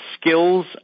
skills